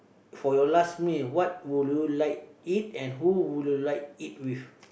for your last meal what would you like eat and who would you like eat with